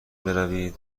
بروید